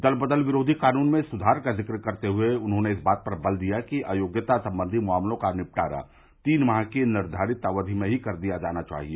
दल बदल विरोधी कानून में सुधार का जिक्र करते हुए उन्होंने इस बात पर बल दिया कि अयोग्यता संबंधी मामलों का निपटारा तीन माह की निर्वारित अवधि में ही करे दिया जाना चाहिए